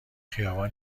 خیابان